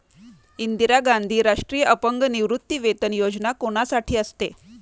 इंदिरा गांधी राष्ट्रीय अपंग निवृत्तीवेतन योजना कोणासाठी असते?